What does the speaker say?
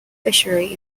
fishery